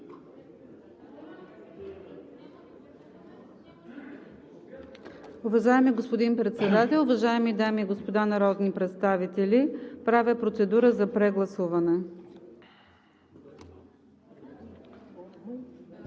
Уважаеми господин Председател, уважаеми дами и господа народни представители! Правя процедура за прегласуване.